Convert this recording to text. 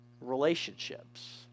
relationships